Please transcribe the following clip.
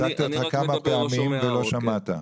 הפסקתי אותך כמה פעמים ולא שמעת.